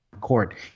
court